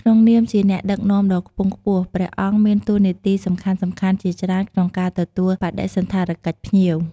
ផ្ដល់ការស្វាគមន៍ជាផ្លូវការ និងពរជ័យ ជាទូទៅព្រះសង្ឃជាអ្នកផ្ដល់ការស្វាគមន៍ជាផ្លូវការដល់ភ្ញៀវដែលបានមកដល់។